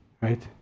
right